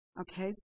Okay